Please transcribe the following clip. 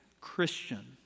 Christian